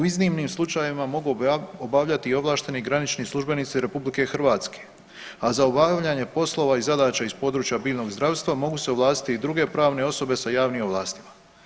U iznimnim slučajevima mogu obavljati i ovlašteni granični službenici Republike Hrvatske, a za obavljanje poslova i zadaća iz područja biljnog zdravstva mogu se ovlastiti i druge pravne osobe sa javnim ovlastima.